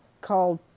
called